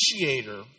initiator